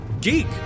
geek